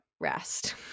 rest